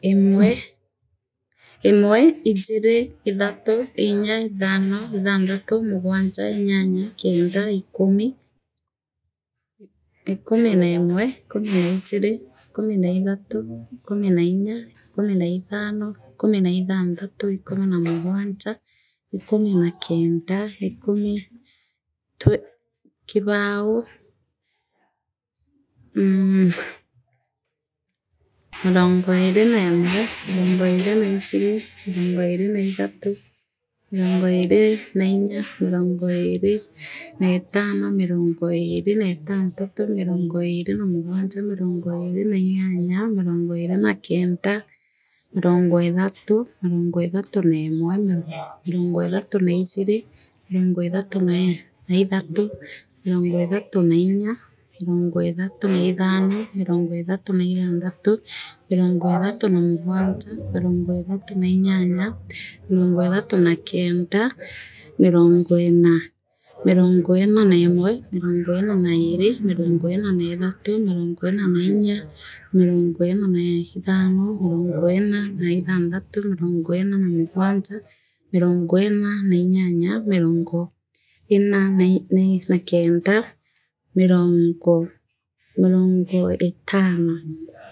Imwe imwe ijiri ithatu inya ithano ithantiathi mligwanja inyanga kenda ikumi I ikumi neemwa aikumi naijiri ikumi na ithathati ikumi na mungwanje ikumi naa kenda ikumi twe kihau mmh mirongo iini neemwe mirorgo iini raijiri mirongo iiri naijira mirongo iiri nainga mirongo iiri neetano mirongo iiri na etantatu mirongo iiri na mugwanja mirongo iiri na inyanyanga mirongo iiri na kenda mihongo ethathi mirogo ethatu neemwe mirongo ethatu raijri mirungoiethatu haethatu neemwa mirongo ethatu hainga mirongo ethatu na ethano mirongo ethatu na itanthatu mirongo ethathi na mligwanja mirogo ethathi na inyanya mirongo ethatu na kenda mirogo eenaa mirongo eena neemwe mirongo eena naijiri mirongo eena naithathi mirongo eena rainga mirongo eena naa itheno mirongo eena naithantathi mirongo eena na mugwanje mirongo eena nainyanya mirongo eena na ii nai na kenda mirongo mirongo itano.